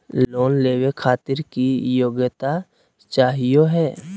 Loan लेवे खातीर की योग्यता चाहियो हे?